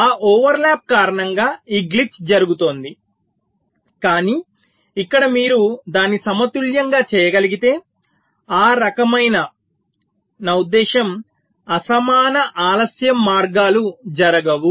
ఆ ఓవర్లాప్ కారణంగా ఈ గ్లిచ్ జరుగుతోంది కానీ ఇక్కడ మీరు దాన్ని సమతుల్యంగా చేయగలిగితే ఆ రకమైన నా ఉద్దేశ్యం అసమాన ఆలస్యం మార్గాలు జరగవు